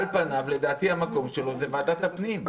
על פניו, לדעתי, המקום שלו הוא ועדת הפנים.